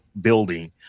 building